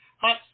hot